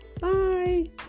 bye